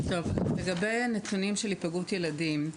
לגבי הנתונים של היפגעות ילדים: